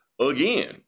again